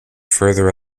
further